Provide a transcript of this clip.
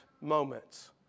moments